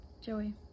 Joey